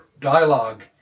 dialogue